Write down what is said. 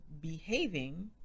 behaving